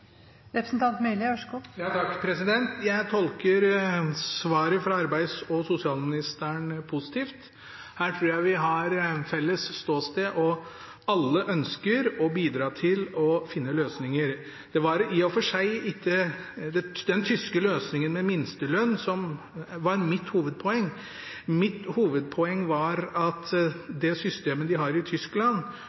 felles ståsted, og alle ønsker å bidra til å finne løsninger. Det var i og for seg ikke den tyske løsningen med minstelønn som var mitt hovedpoeng. Mitt hovedpoeng var at det systemet de har i Tyskland,